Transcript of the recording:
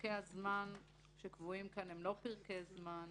פרקי הזמן שקבועים כאן הם לא פרקי זמן